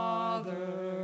Father